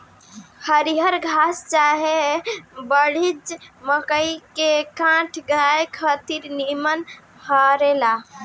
हरिहर घास चाहे बजड़ी, मकई के डांठ गाया खातिर निमन रहेला